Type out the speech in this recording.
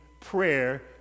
prayer